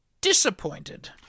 disappointed